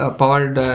powered